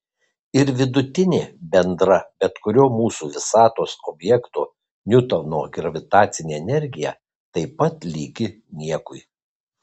ir vidutinė bendra bet kurio mūsų visatos objekto niutono gravitacinė energija taip pat lygi niekui